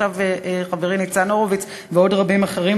ועכשיו חברי ניצן הורוביץ ועוד רבים אחרים,